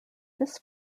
this